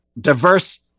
diverse